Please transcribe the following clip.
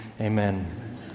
Amen